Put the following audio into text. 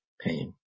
pain